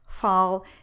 fall